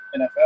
NFL